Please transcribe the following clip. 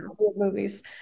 movies